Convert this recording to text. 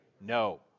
no